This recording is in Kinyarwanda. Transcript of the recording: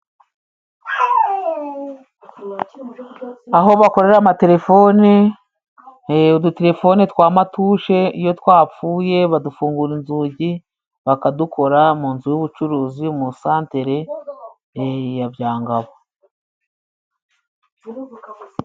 Aho bakorera amatelefone, udutelefone twa matushe iyo twapfuye badufungura inzugi, bakadukora mu nzu y'ubucuruzi mu santere ya Byangabo.